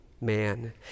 man